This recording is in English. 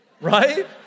right